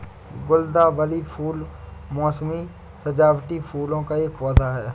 गुलदावरी फूल मोसमी सजावटी फूलों का एक पौधा है